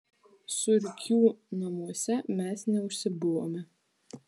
surkių namuose mes neužsibuvome